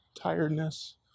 tiredness